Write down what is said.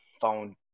phone